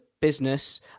business